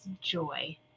joy